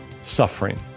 suffering